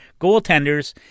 goaltenders